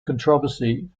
controversy